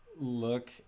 Look